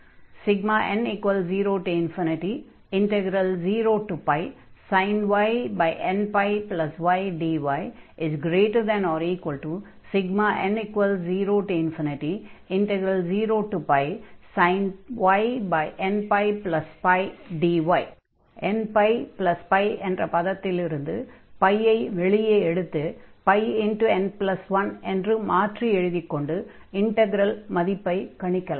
n00sin y nπydyn00sin y nππdy ஆகவே nππ என்ற பதத்திலிருந்து π ஐ வெளியே எடுத்து πn1 என்று மாற்றி எழுதிக் கொண்டு இன்டக்ரல் மதிப்பைக் கணிக்கலாம்